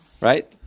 right